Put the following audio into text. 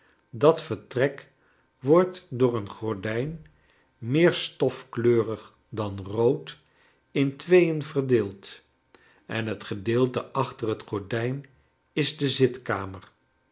dat vertrek wordt door een gordijn meer stofkleurig dan rood in tweeen verdeeld en het gedeelte achter het gordijn is de zitkamer